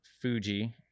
Fuji